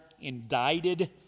indicted